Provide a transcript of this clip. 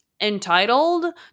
entitled